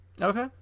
Okay